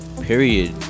period